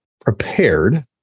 prepared